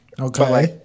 Okay